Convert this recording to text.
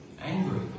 Angry